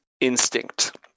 instinct